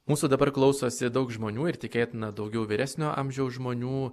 mūsų dabar klausosi daug žmonių ir tikėtina daugiau vyresnio amžiaus žmonių